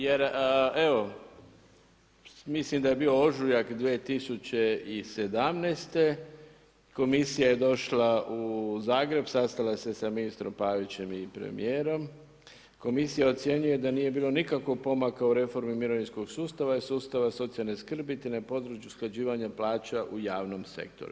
Jer, evo, mislim da je bio ožujak 2017. komisija je došla u Zagreb, sastala se sa ministrom Pavićem i premjerom, Komisija ocjenjuje da nije bilo nikakvog pomaka u reformi mirovinskog sustava i sustava socijalne skrbi, te na području usklađivanja plaća u javnom sektoru.